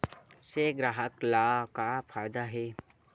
से ग्राहक ला का फ़ायदा हे?